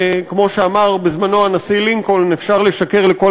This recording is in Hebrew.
כמו שאמר בזמנו הנשיא לינקולן: אפשר לשקר לכל